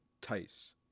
Tice